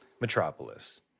metropolis